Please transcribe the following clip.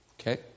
Okay